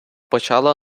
почала